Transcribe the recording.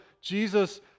Jesus